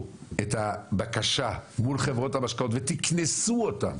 את הבקשה מול חברות המשקאות ותקנסו אותם